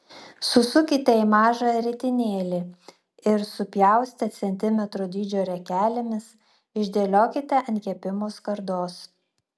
susukite į mažą ritinėlį ir supjaustę centimetro dydžio riekelėmis išdėliokite ant kepimo skardos